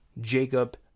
Jacob